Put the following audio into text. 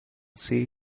see